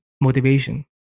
motivation